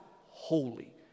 holy